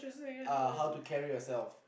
uh how to carry yourself